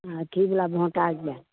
अथी वाला भोंट आ गया